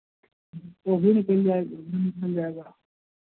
तो भी निकल जाएगा वह भी निकल जाएगा